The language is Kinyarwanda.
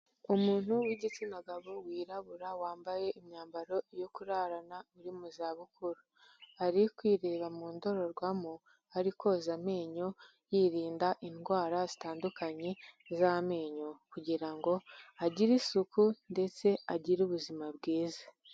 Umuntu w'igitsina gabo wirabura wambaye imyambaro yo kurarana uri mu zabukuru, ari kwireba mu ndorerwamo ari koza amenyo, yirinda indwara zitandukanye z'amenyo kugira ngo agire isuku ndetse agire ubuzima bwiza.